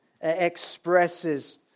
expresses